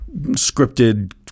scripted